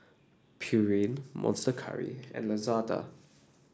Pureen Monster Curry and Lazada